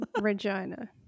Regina